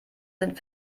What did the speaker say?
sind